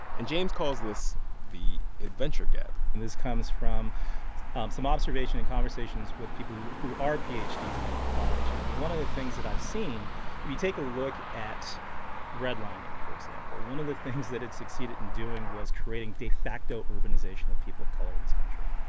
and james calls this the adventure gap and this comes from um some observation and conversations with people who who are ph ds in anthropology. and one of the things that i've seen if you take a look at redlining, for example, one of the things that it succeeded in doing was creating de facto urbanization of people of color in this country.